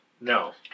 No